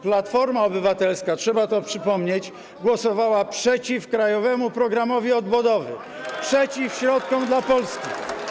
Platforma Obywatelska, trzeba to przypomnieć, głosowała przeciw Krajowemu Programowi Odbudowy, przeciw środkom dla Polski.